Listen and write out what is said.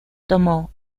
tomó